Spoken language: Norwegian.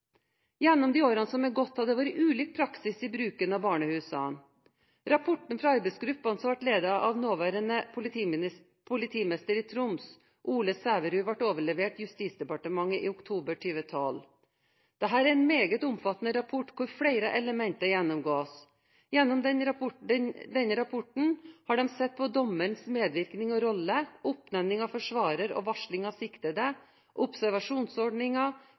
Gjennom de årene som har gått, har det vært ulik praksis i bruken av barnehusene. Rapporten fra arbeidsgruppen, som ble ledet av nåværende politimester i Troms, Ole Bredrup Sæverud, ble overlevert Justisdepartementet i oktober 2012. Dette er en meget omfattende rapport, hvor flere elementer gjennomgås. Gjennom denne rapporten har en sett på dommerens medvirkning og rolle, oppnevning av forsvarer og varsling av siktede, observasjonsordningen,